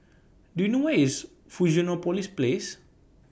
Do YOU know Where IS Fusionopolis Place